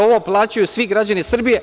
Ovo plaćaju svi građani Srbije.